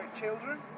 Children